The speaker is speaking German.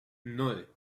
nan